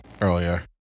earlier